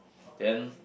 then